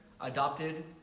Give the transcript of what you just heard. adopted